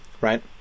right